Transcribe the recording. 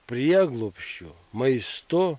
prieglobsčiu maistu